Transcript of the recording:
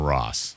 Ross